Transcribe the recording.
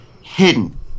hidden